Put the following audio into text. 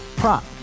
prop